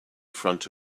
front